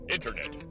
Internet